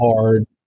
hard